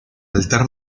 altar